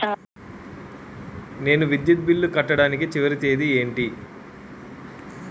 నేను విద్యుత్ బిల్లు కట్టడానికి చివరి తేదీ ఏంటి?